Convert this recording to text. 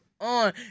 on